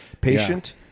Patient